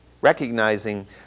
recognizing